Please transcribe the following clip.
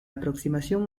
aproximación